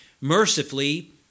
mercifully